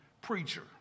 preacher